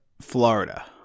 Florida